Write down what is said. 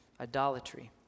idolatry